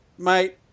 Mate